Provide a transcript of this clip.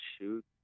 shoot